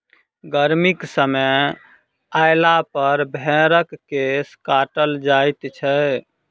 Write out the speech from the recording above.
गर्मीक समय अयलापर भेंड़क केश काटल जाइत छै